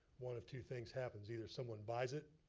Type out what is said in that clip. one of two things happens. either someone buys it,